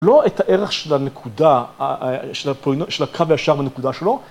‫לא את הערך של הנקודה, ‫של הקו הישר בנקודה שלו,